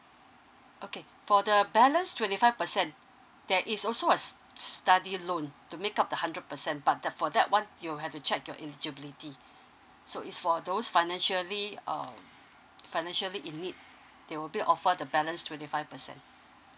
okay for the balance twenty five percent there is also a s~ s~ study loan to make up the hundred percent but the for that one you have to check your eligibility so is for those financially um financially in need they will be offer the balance twenty five percent